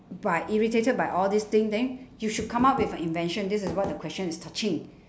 by irritated by all these thing then you should come up with a invention this is what the question is touching